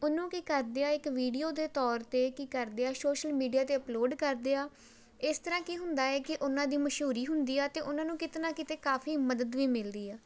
ਉਹਨੂੰ ਕੀ ਕਰਦੇ ਆ ਇੱਕ ਵੀਡੀਓ ਦੇ ਤੌਰ 'ਤੇ ਕੀ ਕਰਦੇ ਆ ਸੋਸ਼ਲ ਮੀਡੀਆ 'ਤੇ ਅਪਲੋਡ ਕਰਦੇ ਆ ਇਸ ਤਰ੍ਹਾਂ ਕੀ ਹੁੰਦਾ ਹੈ ਕਿ ਉਹਨਾਂ ਦੀ ਮਸ਼ਹੂਰੀ ਹੁੰਦੀ ਆ ਅਤੇ ਉਹਨਾਂ ਨੂੰ ਕਿਤੇ ਨਾ ਕਿਤੇ ਕਾਫ਼ੀ ਮਦਦ ਵੀ ਮਿਲਦੀ ਆ